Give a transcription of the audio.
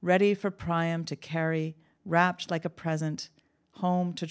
ready for prime to carry wraps like a present home to